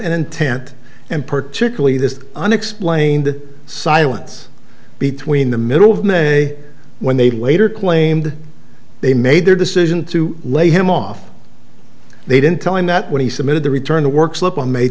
intent and particularly this unexplained silence between the middle of may when they waiter claimed they made their decision to lay him off they didn't tell him that when he submitted the return to work slip on may